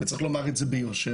וצריך לומר את זה ביושר,